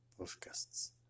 podcasts